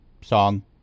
song